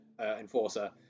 enforcer